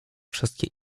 wszystkie